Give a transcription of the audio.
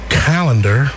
calendar